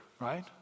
right